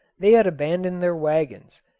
they had abandoned their wagons,